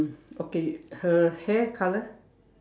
okay her hair colour